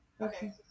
Okay